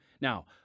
Now